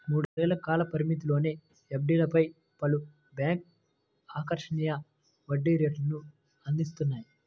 మూడేళ్ల కాల పరిమితిలోని ఎఫ్డీలపై పలు బ్యాంక్లు ఆకర్షణీయ వడ్డీ రేటును అందిస్తున్నాయి